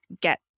get